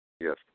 Yes